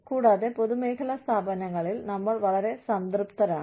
കൂടാതെ പൊതുമേഖലാ സ്ഥാപനങ്ങളിൽ നമ്മൾ വളരെ സംതൃപ്തരാണ്